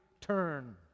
turn